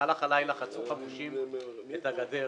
חצו חמושים את הגדר